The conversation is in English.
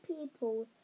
people